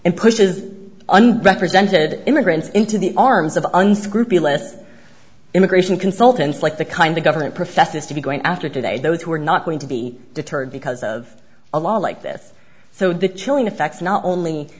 and pushes unbacked presented immigrants into the arms of unscrupulous immigration consultants like the kind of government professes to be going after today those who are not going to be deterred because of a law like this so the chilling effects not only